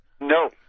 No